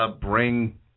bring